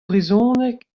brezhoneg